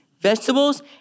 vegetables